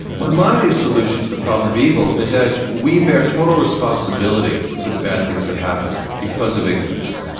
maimonides' solution to the problem of evil is that we bear total responsibility for the bad things that happen, because of ignorance.